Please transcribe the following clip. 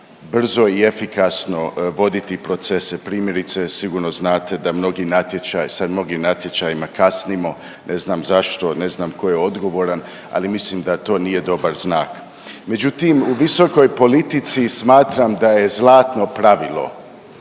brzo i efikasno voditi procese, primjerice, sigurno znate da mnogi natječaji, sad mnogi natječajima kasnimo, ne znam zašto, ne znam koji je odgovoran, ali mislim da to nije dobar znak. Međutim, u visokoj politici smatram da je zlatno pravilo,